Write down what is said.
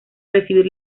recibir